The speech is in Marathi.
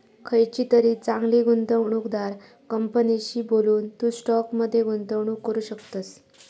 खयचीतरी चांगली गुंवणूकदार कंपनीशी बोलून, तू स्टॉक मध्ये गुंतवणूक करू शकतस